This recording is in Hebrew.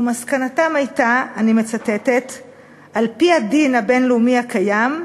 ומסקנתם הייתה: "על-פי הדין הבין-לאומי הקיים,